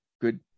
good